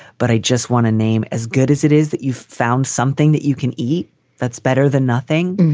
but i just want a name as good as it is that you found something that you can eat that's better than nothing.